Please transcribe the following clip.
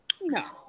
No